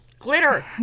Glitter